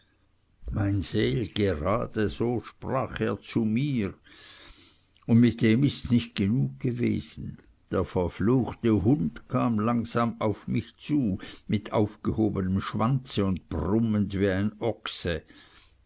mein seel gerade so sprach er zu mir und mit dem ists nicht genug gewesen der verfluchte hund kam langsam auf mich zu mit aufgehobenem schwanze und brummend wie ein ochse